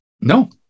No